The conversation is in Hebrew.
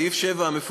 סעיף 7 המפורסם,